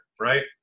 right